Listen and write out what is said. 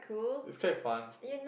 it's quite fun